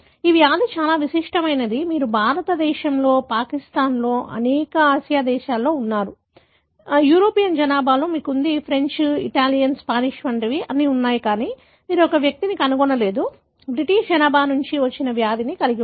ఈ వ్యాధి చాలా విశిష్టమైనది మీరు భారతదేశంలో పాకిస్తాన్లో అనేక ఆసియా దేశాలలో ఉన్నారు యూరోపియన్ జనాభాలో మీకు ఉంది ఫ్రెంచ్ ఇటాలియన్ స్పానిష్ వంటివి మీకు అన్నీ ఉన్నాయి కానీ మీరు ఒక వ్యక్తిని కనుగొనలేదు బ్రిటీష్ జనాభా నుండి వచ్చిన వ్యాధిని కలిగి ఉంది